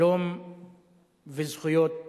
שלום וזכויות אדם.